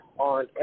on